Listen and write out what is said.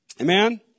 Amen